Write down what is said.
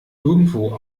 irgendwo